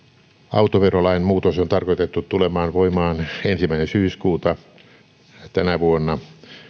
autoverolain muutos on tarkoitettu tulemaan voimaan ensimmäinen syyskuuta tänä vuonna